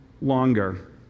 longer